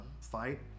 fight